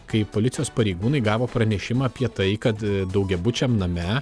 kai policijos pareigūnai gavo pranešimą apie tai kad daugiabučiam name